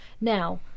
Now